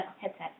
headset